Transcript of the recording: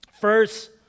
First